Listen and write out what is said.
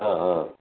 હં હં